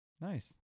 Nice